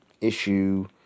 Issue